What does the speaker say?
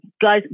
guys